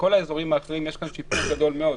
בכל האזורים האחרים יש כאן שיפור גדול מאוד,